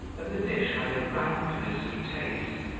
that the dish had a rankness of taste,